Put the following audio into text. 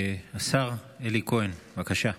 השר אלי כהן, בבקשה.